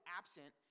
absent